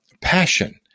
Passion